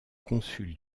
consul